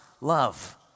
love